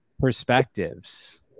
perspectives